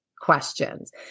questions